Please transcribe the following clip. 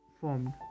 formed